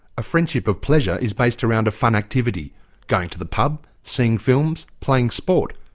a friendship of pleasure is based around a fun activity going to the pub, seeing films, playing sport.